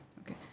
okay